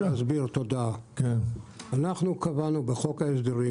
אנחנו קבענו בחוק ההסדרים,